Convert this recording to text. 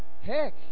Heck